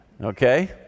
Okay